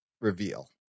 reveal